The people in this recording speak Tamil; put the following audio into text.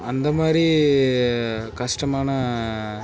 அந்த மாதிரி கஷ்டமான